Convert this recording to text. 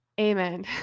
amen